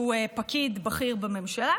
שהוא פקיד בכיר בממשלה,